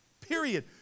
period